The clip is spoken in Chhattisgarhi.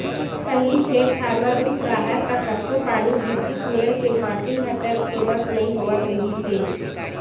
पहिली खेत खार म रूख राहय त कतको पानी गिरतिस मेड़ के माटी ह टस ले मस नइ होवत रिहिस हे